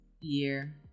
year